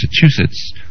Massachusetts